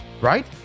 right